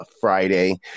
Friday